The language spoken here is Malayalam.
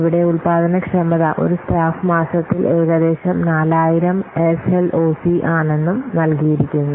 ഇവിടെ ഉൽപാദനക്ഷമത ഒരു സ്റ്റാഫ് മാസത്തിൽ ഏകദേശം 4000 എസ്എൽഓസി ആണെന്നും നൽകിയിരിക്കുന്നു